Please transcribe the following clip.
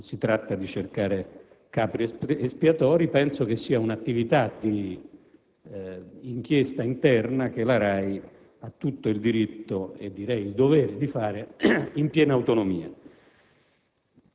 Non si tratta di cercare capri espiatori. Penso che sia una attività d'inchiesta interna che la RAI ha tutto il diritto e, direi, il dovere di svolgere in piena autonomia,